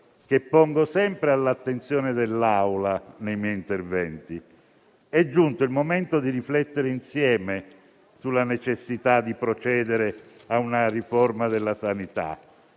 che pongo sempre all'attenzione dell'Aula nei miei interventi. È giunto il momento di riflettere insieme sulla necessità di procedere a una riforma della sanità.